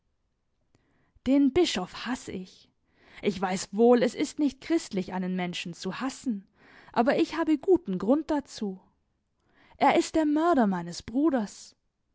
den bischof haß ich ich weiß wohl es ist nicht christlich einen menschen zu hassen aber ich habe guten grund dazu er ist der mörder meines bruders